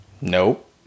Nope